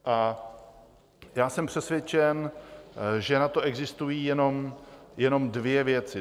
A já jsem přesvědčen, že na to existují jenom dvě věci.